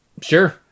Sure